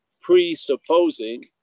Presupposing